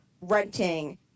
renting